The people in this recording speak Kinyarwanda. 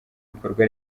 bikorwa